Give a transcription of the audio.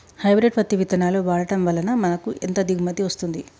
Hybrid పత్తి విత్తనాలు వాడడం వలన మాకు ఎంత దిగుమతి వస్తుంది?